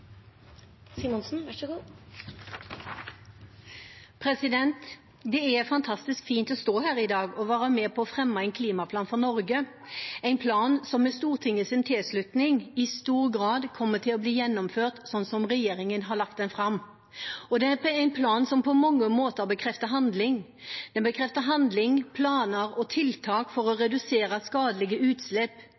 fantastisk fint å stå her i dag og være med på å fremme en klimaplan for Norge, en plan som med Stortingets tilslutning i stor grad kommer til å bli gjennomført slik som regjeringen har lagt den fram. Dette er en plan som på mange måter bekrefter handling. Den bekrefter handling – planer og tiltak for å redusere skadelige utslipp,